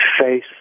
face